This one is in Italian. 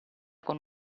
con